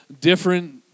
different